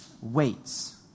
waits